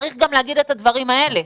צריך גם להגיד את הדברים האלה.